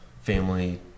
family